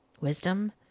Wisdom